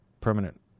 Permanent